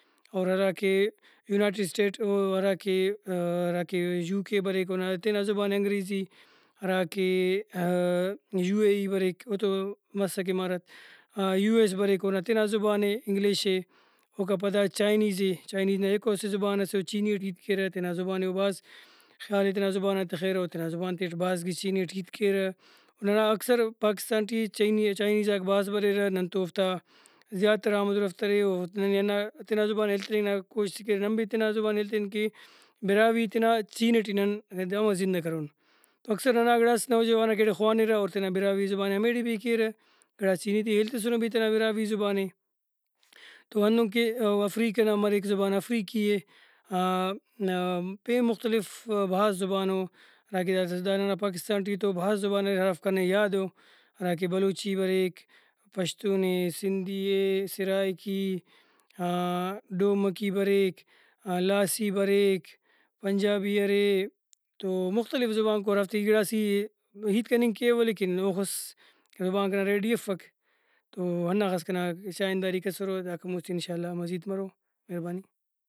اور ہراکہ United state ؤ ہراکہ ہراکہ یو۔ کے بریک اونا تینا زبانے انگریزی ہراکہ یو۔ اے۔ ای بریک او تو مسک امارات یو۔ ایس بریک اونا تینا زبانے انگلش اے اوکا پدا چائینیزے چائنیز نا یکہ او اسہ زبان سے او چینی اٹ ہیت کیرہ تینا زبانے او بھاز خیالے تینا زبان نا تخرہ او تینا زبان تیٹ بھاز گچینی اٹ ہیت کیرہ او ننا اکثر پاکستان ٹی چائینیزاک بھاز بریرہ ننتو اوفتا زیاتر آمد و رفت ارے اوفت ننے ہندا تینا زبانے ہیل تننگ نا کوشش ئےکیرہ نن بھی تینا زبانے ہیل تین کہ براہوئی تینا چین ٹی نن ہمہ زندہ کرون تو اکثر ہرا گڑاس نوجواناک ایڑے خوانرہ اور تینا براہوئی زبان ئے ہمیڑے بھی کیرہ گڑاس چینی تے ہیل تسنو بھی تینا براہوئی زبانے تو ہندن کہ افریقہ نا مریک زبان افریقی اے ہاں پین مختلف بھاز زبانو ہراکہ داسہ دا ننا پاکستان ٹی تو بھاز زبان اریر ہرافک کنے یادو ہراکہ بلوچی مریک پشتونے سندھی اے سرائیکی ڈومکی بریک ہاں لاسی بریک پنجابی ارے تو مختلف زبانکو ہرافتے گڑاس ای ہیت کننگ کیوہ لیکن اوخس زبان کنا READYافک تو ہنداخس کنا چائنداریک اسرہ اوداکا مستی ان شاء اللہ مزید مرو مہربانی